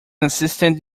assistant